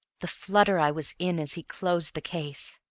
the flutter i was in as he closed the case!